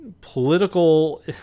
political